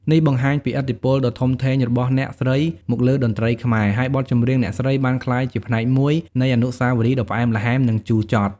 នេះបង្ហាញពីឥទ្ធិពលដ៏ធំធេងរបស់អ្នកស្រីមកលើតន្ត្រីខ្មែរ ហើយបទចម្រៀងអ្នកស្រីបានក្លាយជាផ្នែកមួយនៃអនុស្សាវរីយ៍ដ៏ផ្អែមល្ហែម និងជូរចត់។